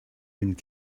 wind